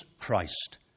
Christ